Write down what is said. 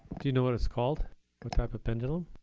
do you know what it's called, what type of pendulum?